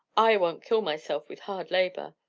i won't kill myself with hard labour.